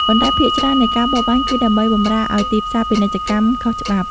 ប៉ុន្តែ ភាគច្រើននៃការបរបាញ់គឺដើម្បីបម្រើឱ្យទីផ្សារពាណិជ្ជកម្មខុសច្បាប់។